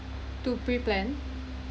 to preplan